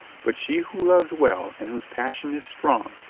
but she who loves well, and whose passion is strong,